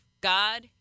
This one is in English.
God